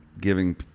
giving